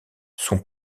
son